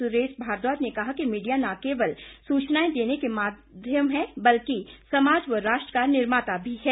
सुरेश भारद्वाज ने कहा कि मीडिया न केवल सूचनाएं देने का माध्यम है बल्कि समाज व राष्ट्र का निर्माता भी है